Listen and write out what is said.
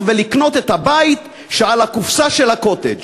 ולקנות את הבית שעל הקופסה של הקוטג'.